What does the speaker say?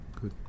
Good